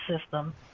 system